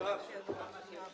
התשע"ח-2018 נתקבלה.